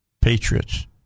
Patriots